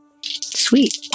Sweet